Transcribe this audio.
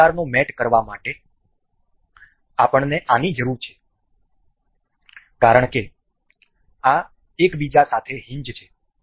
આ પ્રકારનો મેટ કરવા માટે અમને આની જરૂર છે કારણ કે આ એકબીજા સાથે હિંજ છે